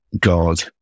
God